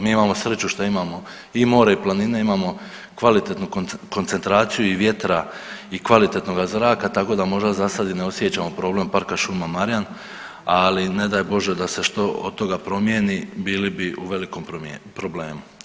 Mi imamo sriću što imamo i more i planine, imamo kvalitetnu koncentraciju i vjetra i kvalitetnoga zraka tako da možda za sada i ne osjećamo problem Parka šuma Marjan, ali ne daj Bože da se što od toga promijeni bili bi u velikom problemu.